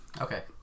Okay